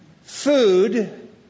food